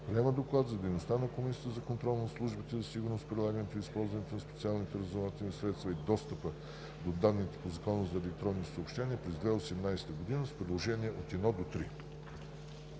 доклад за дейността на Комисията за контрол над службите за сигурност, прилагането и използването на специалните разузнавателни средства и достъпа до данните по Закона за електронните съобщения през 2017 г. с Приложения от 1 до 5.“